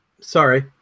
Sorry